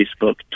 Facebook